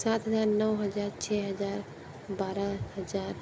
सात हज़ार नौ हज़ार छः हज़ार बारह हज़ार